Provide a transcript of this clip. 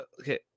Okay